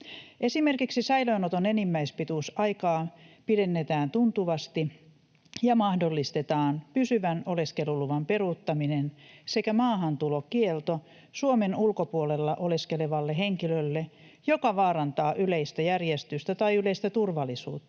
Esimerkiksi säilöönoton enimmäispituusaikaa pidennetään tuntuvasti ja mahdollistetaan pysyvän oleskeluluvan peruuttaminen sekä maahantulokielto Suomen ulkopuolella oleskelevalle henkilölle, joka vaarantaa yleistä järjestystä tai yleistä turvallisuutta